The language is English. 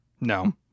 No